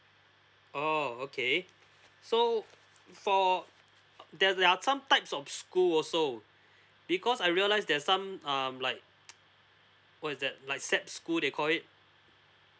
oo okay so for there there are some types of school also because I realise there's some um like what is that like set school they called it